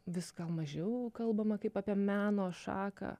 vis gal mažiau kalbama kaip apie meno šaką